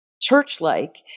Church-like